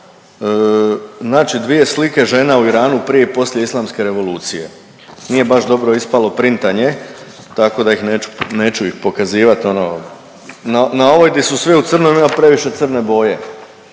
naći dvije slike žena u Iranu prije i poslije Islamske revolucije. Nije baš dobro ispalo printanje, tako da ih neću, neću ih pokazivat, ono na, na ovoj di su svi u crnom ima previše crne boje,